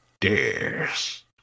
dares